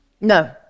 No